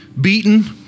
beaten